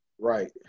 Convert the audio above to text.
Right